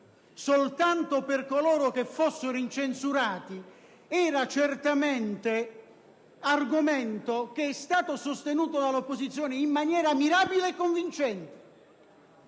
soltanto per coloro che fossero incensurati era certamente argomento che è stato sostenuto dall'opposizione in maniera mirabile e convincente,